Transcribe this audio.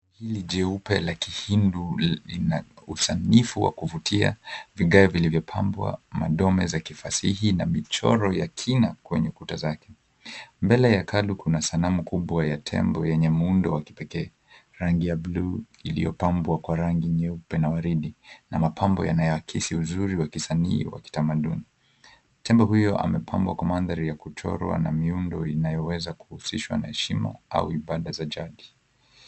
Hili jeupe la kihindu lina usanifu wa kuvutia vigae vilivyopambwa madome za kifasihi na michoro ya kina kwenye kuta zake. Mbele ya hekalu kuna sanamu kubwa ya tembo yenye muundo wa kipekee. Rangi ya buluu iliyopambwa kwa rangi nyeupe na waridi na mapambo yanayokisia wa kisanii wa kitamaduni. Tembo huyo amepambwa kwa mandhari ya kuchorwa na miundo inayoweza kuhusishwa na heshima au kipande za chaki.